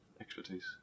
expertise